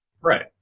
Right